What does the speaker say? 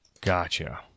Gotcha